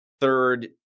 third